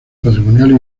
patrimonial